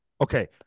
Okay